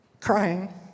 crying